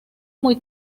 muy